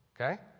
okay